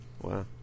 wow